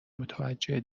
متوجه